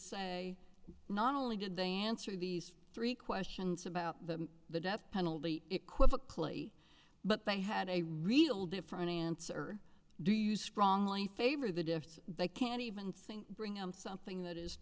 say not only did they answer these three questions about the death penalty it quickly but they had a real different answer do you strongly favor the defense they can't even think bring him something that is